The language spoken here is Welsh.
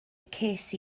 ces